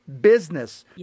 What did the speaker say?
business